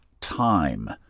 time